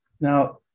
Now